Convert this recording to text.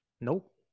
Nope